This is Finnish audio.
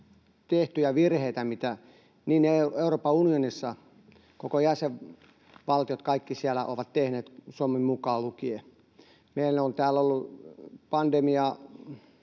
paljon virheitä, mitä Euroopan unionissa kaikki jäsenvaltiot ovat tehneet, Suomi mukaan lukien. Meillä on täällä ollut pandemiaa,